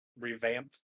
Revamped